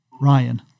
Ryan